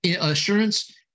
assurance